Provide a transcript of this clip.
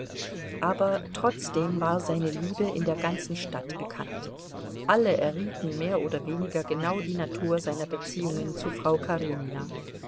aber trotzdem war seine liebe in der ganzen stadt bekannt alle errieten mehr oder weniger genau die natur seiner beziehungen zu frau karenina